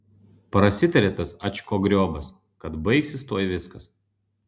prasitarė tas ačkogriobas kad baigsis tuoj viskas